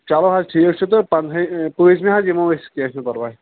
چلو حظ ٹھیٖک چھُ تہٕ پنٛدہَے پٲنٛژمہِ حظ یِمو أسۍ کیٚنٛہہ چھُنہٕ پرواے